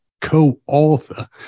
co-author